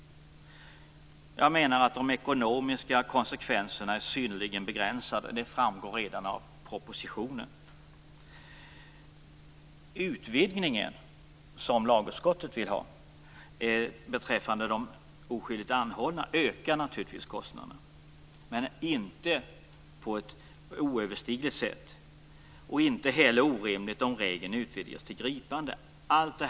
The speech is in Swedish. Jag menar att de ekonomiska konsekvenserna är synnerligen begränsade. Det framgår redan av propositionen. Utvidgningen beträffande de oskyldigt anhållna, som lagutskottet vill ha, ökar naturligtvis kostnaderna, men inte på ett oöverstigligt sätt. Kostnaderna blir inte heller orimliga om regeln utvidgas till att omfatta gripande.